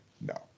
No